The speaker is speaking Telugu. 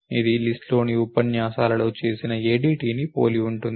ఇది లిస్ట్ లోని ఉపన్యాసాలలో చేసిన ADTని పోలి ఉంటుంది